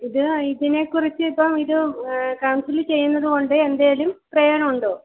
ഇത് ഇതിനെക്കുറിച്ച് ഇപ്പോൾ ഇത് കൗൺസിൽ ചെയ്യുന്നതുകൊണ്ട് എന്തെങ്കിലും പ്രയോജനമുണ്ടോ